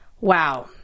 Wow